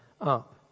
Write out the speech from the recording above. up